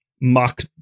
mock